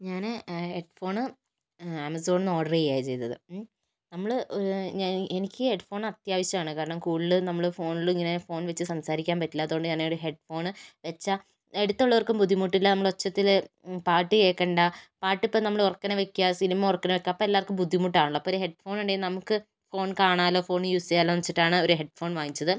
ഞാൻ headphone ആമസോണിൽ നിന്ന് ഓർഡറീയാണ് ചെയ്തത് മ് നമ്മൾ എനിക്ക് ഹെഡ് ഫോൺ അത്യാവശ്യം ആണ് കാരണം കൂടുതൽ നമ്മൾ ഫോണിൽ ഇങ്ങനെ ഇങ്ങനെ ഫോൺ വെച്ച് സംസാരിക്കാൻ പറ്റില്ലാത്തത് കൊണ്ട് ഞാനൊരു ഹെഡ് ഫോൺ വെച്ചാൽ അടുത്തുള്ളവർക്കും ബുദ്ധിമുട്ടില്ല നമ്മൾ ഉച്ചത്തിൽ പാട്ട് കേൾക്കണ്ട പാട്ട് ഇപ്പം നമ്മൾ ഒറക്കനെ വെയ്ക്കുക സിനിമ ഒറക്കനെ വെയ്ക്കുക അപ്പോൾ എല്ലാവർക്കും ബുദ്ധിമുട്ടാണല്ലോ അപ്പോൾ ഒരു ഹെഡ് ഫോൺ ഉണ്ടെങ്കിൽ നമുക്ക് ഫോൺ കാണാമല്ലോ ഫോൺ യൂസ് ചെയ്യാമലോ എന്ന് വെച്ചിട്ടാണ് ഒരു ഹെഡ് ഫോൺ വാങ്ങിച്ചത്